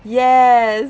yes